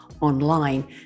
online